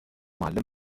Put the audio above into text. معلم